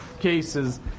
cases